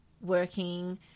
working